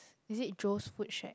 is it Joe's food shack